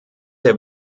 der